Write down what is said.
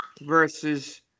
versus